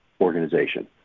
organization